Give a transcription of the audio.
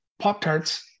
Pop-Tarts